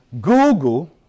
Google